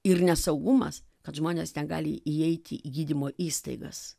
ir nesaugumas kad žmonės negali įeiti į gydymo įstaigas